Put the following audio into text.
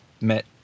met